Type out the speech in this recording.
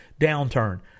downturn